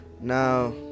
Now